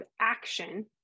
action